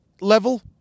level